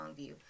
Longview